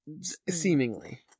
seemingly